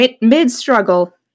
mid-struggle